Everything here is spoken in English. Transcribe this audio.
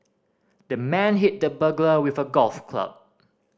the man hit the burglar with a golf club